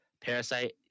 parasite